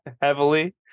heavily